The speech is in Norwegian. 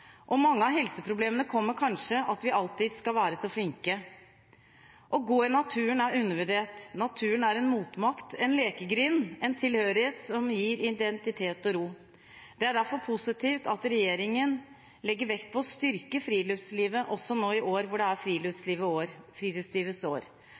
og mange av helseproblemene kommer kanskje av at vi alltid skal være så flinke. Å gå i naturen er undervurdert. Naturen er en motmakt, en lekegrind, en tilhørighet som gir identitet og ro. Det er derfor positivt at regjeringen legger vekt på å styrke friluftslivet, også nå i år når det er Friluftslivets år.